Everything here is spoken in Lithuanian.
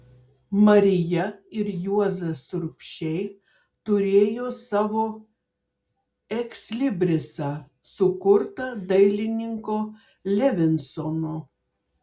marija ir juozas urbšiai turėjo savo ekslibrisą sukurtą dailininko levinsono